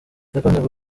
yakundaga